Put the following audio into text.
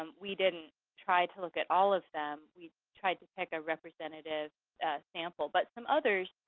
um we didn't try to look at all of them. we tried to pick a representative sample. but some others